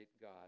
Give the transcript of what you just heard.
God